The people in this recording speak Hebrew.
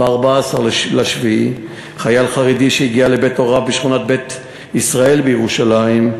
ב-14 ביולי חייל חרדי הגיע לבית הוריו בשכונת בית-ישראל בירושלים,